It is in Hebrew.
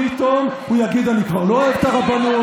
פתאום הוא יגיד: אני כבר לא אוהב את הרבנות.